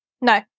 No